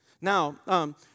Now